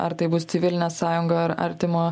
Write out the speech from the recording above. ar tai bus civilinė sąjunga ar artimo